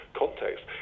context